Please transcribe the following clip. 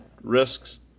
risks